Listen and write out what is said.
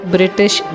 British